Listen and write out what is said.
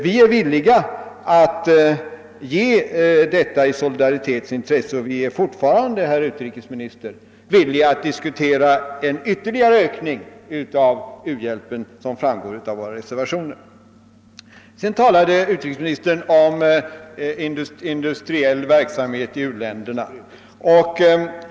Vi är villiga att gå med på detta i solidaritetens intresse och är fortfarande, herr utrikesminister, beredda att diskutera en ytterligare ökning av u-hjälpen, vilket också framgår av våra reservationer. Utrikesministern talade också om industriell verksamhet i u-länderna.